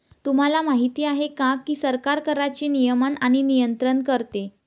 तुम्हाला माहिती आहे का की सरकार कराचे नियमन आणि नियंत्रण करते